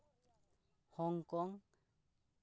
Hong Kong